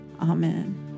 Amen